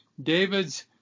David's